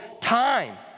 time